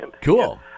Cool